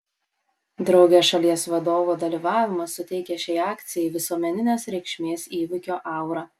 drauge šalies vadovo dalyvavimas suteikia šiai akcijai visuomeninės reikšmės įvykio aurą